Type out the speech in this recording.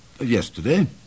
Yesterday